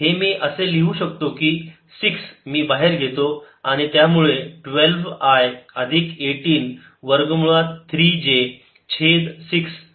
हे मी असे लिहू शकतो की 6 मी बाहेर घेतो आणि त्यामुळे 12 i अधिक 18 वर्ग मुळात 3 j छेद 6